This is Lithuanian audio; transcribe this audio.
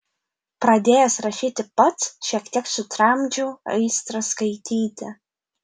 pradėjęs rašyti pats šiek tiek sutramdžiau aistrą skaityti